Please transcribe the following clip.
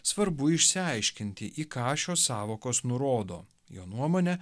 svarbu išsiaiškinti į ką šios sąvokos nurodo jo nuomone